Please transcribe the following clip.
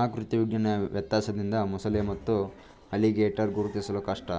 ಆಕೃತಿ ವಿಜ್ಞಾನ ವ್ಯತ್ಯಾಸದಿಂದ ಮೊಸಳೆ ಮತ್ತು ಅಲಿಗೇಟರ್ ಗುರುತಿಸಲು ಕಷ್ಟ